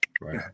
right